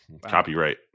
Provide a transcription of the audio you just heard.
copyright